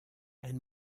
and